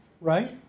right